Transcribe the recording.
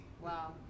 Wow